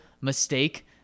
mistake